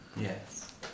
yes